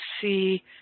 see